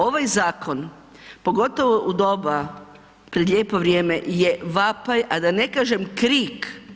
Ovaj zakon pogotovo u doba pred lijepo vrijeme, je vapaj, a da ne kažem krik.